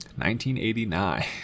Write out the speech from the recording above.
1989